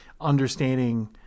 understanding